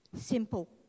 simple